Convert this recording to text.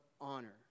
honor